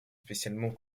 spécialement